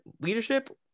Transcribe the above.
leadership